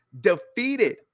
defeated